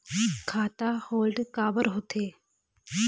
खाता होल्ड काबर होथे?